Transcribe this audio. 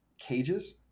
cages